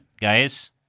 guys